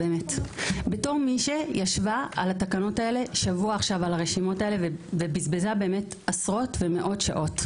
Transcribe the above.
בתור מי שישבה על התקנות האלה שבוע על הרשימות האלה ובזבזה ומאות שעות,